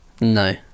No